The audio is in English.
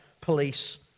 police